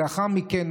לאחר מכן,